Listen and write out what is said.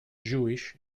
jewish